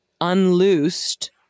unloosed